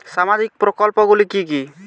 সামাজিক প্রকল্পগুলি কি কি?